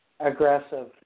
Aggressive